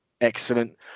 excellent